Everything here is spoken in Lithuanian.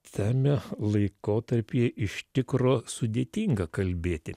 tame laikotarpyje iš tikro sudėtinga kalbėti